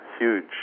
huge